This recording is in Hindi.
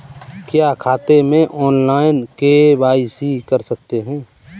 क्या खाते में ऑनलाइन के.वाई.सी कर सकते हैं?